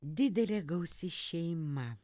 didelė gausi šeima